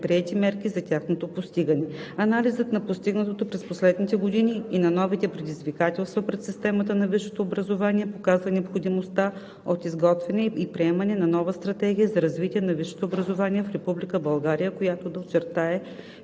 мерки за тяхното постигане. Анализът на постигнатото през последните години и на новите предизвикателства пред системата на висшето образование показва необходимостта от изготвяне и приемане на нова Стратегия за развитие на висшето образование в Република България, която да очертае